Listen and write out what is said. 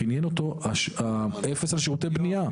עניין אותו אפס על שירותי בנייה.